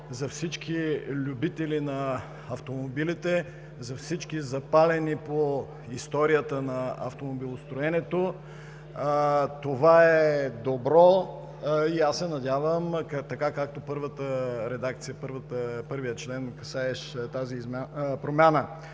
за всички любители на автомобилите, за всички запалени по историята на автомобилостроенето. Това е добро и аз се надявам, така както първи член, касаещ тази промяна,